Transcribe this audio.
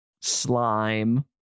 slime